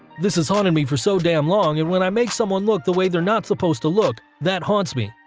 this has haunted me for so damn long and when i make someone look the way they're not supposed to look, that haunts me.